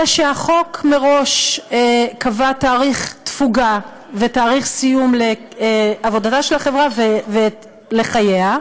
אלא שהחוק מראש קבע תאריך תפוגה ותאריך סיום לעבודתה של החברה ולחייה,